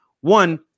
one